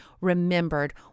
remembered